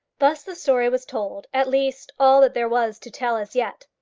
thus the story was told at least, all that there was to tell as yet.